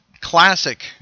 classic